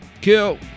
Kill